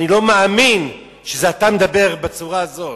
אני לא מאמין שאתה מדבר בצורה הזאת.